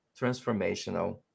transformational